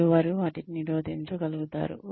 మరియు వారు వాటిని నిరోధించగలుగుతారు